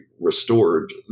restored